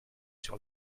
sur